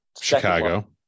Chicago